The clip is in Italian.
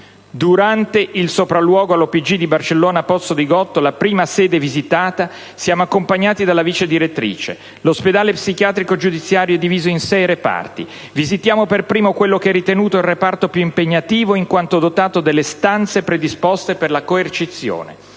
«Durante il sopralluogo nell'OPG di Barcellona Pozzo di Gotto, la prima sede visitata, siamo accompagnati dalla vice direttrice. L'ospedale psichiatrico giudiziario è diviso in sei reparti. (...) Visitiamo per primo quello che è ritenuto il reparto più impegnativo in quanto dotato delle stanze predisposte per la coercizione.